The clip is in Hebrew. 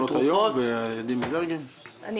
אני